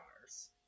Cars